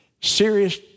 Serious